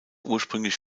ursprünglich